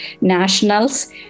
nationals